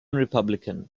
republican